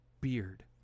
beard